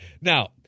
Now